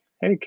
hey